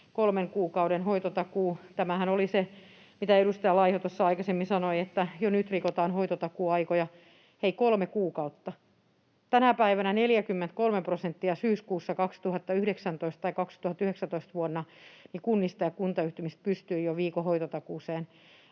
kolmen kuukauden hoitotakuu. Tämähän oli se, mitä edustaja Laiho tuossa aikaisemmin sanoi, että jo nyt rikotaan hoitotakuuaikoja. Hei, kolme kuukautta — 43 prosenttia kunnista ja kuntayhtymistä pystyi vuonna 2019 jo viikon hoitotakuuseen.